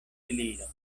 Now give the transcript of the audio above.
eliro